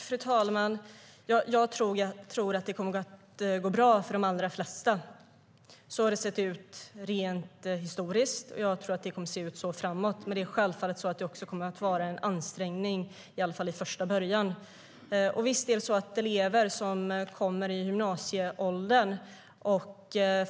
Fru talman! Jag tror att det kommer att gå bra för de allra flesta. Så har det sett ut historiskt, och jag tror att det kommer att se ut så även framåt. Självfallet kommer det att vara en ansträngning, i alla fall i första början. Visst har elever i gymnasieåldern som